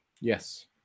Yes